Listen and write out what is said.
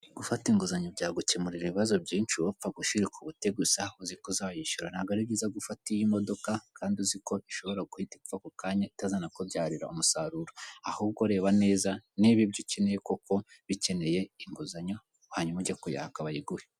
Gufata inguzanyo byagukemurira ibibazo byinshi, wowe ubapfa gushiruka ubute gusa uziko uzayishyura ntabwo ari byiza gufata iyi modoka kandi uzi ko ishobora guhita ipfa ako kanya itazanakubyarira umusaruro, ahubwo reba neza niba ibyo ukeneye koko bikeneye inguzanyo hanyuma ujye kuyaka bayiguhe.